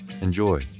Enjoy